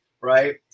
right